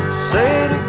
said